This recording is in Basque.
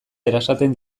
erasaten